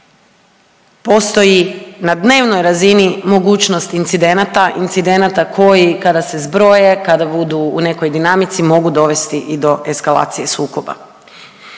postoji na dnevnoj razini mogućnost incidenata, incidenata koji kada se zbroje kada budu u nekoj dinamici mogu dovesti i do eskalacije sukoba.